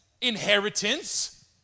inheritance